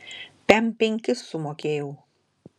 pem penkis sumokėjau